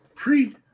Pre